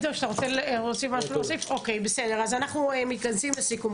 אנחנו מתכנסים לסיכום.